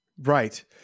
Right